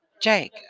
Jake